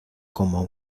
como